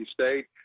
State